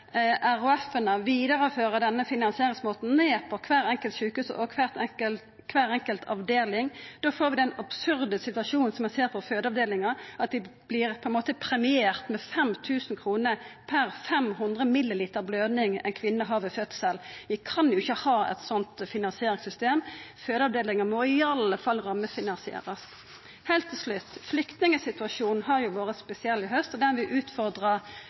helseføretaka vidarefører denne finansieringsmåten ned på kvart enkelt sjukehus og kvar enkel avdeling. Da får ein den absurde situasjonen som ein har på fødeavdelingane, som vert premierte med 5 000 kr per 500 ml bløding ei kvinne har ved fødselen. Vi kan ikkje ha eit slikt finansieringssystem. Fødeavdelingane må i alle fall rammefinansierast. Heilt til slutt: Flyktingsituasjonen har vore spesiell i haust. Han vil utfordra